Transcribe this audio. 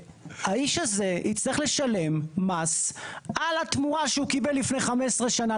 האיש הזה יצטרך לשלם מס על התמורה שהוא קיבל לפני חמש עשרה שנה.